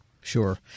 Sure